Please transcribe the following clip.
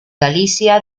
galicia